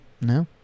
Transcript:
no